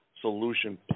solution